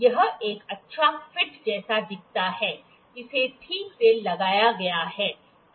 यह एक अच्छा फिट जैसा दिखता है इसे ठीक से लगाया गया है